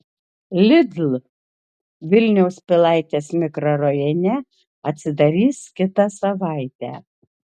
lidl vilniaus pilaitės mikrorajone atsidarys kitą savaitę